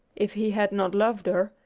if he had not loved her,